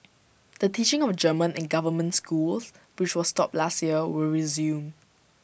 the teaching of German in government schools which was stopped last year will resume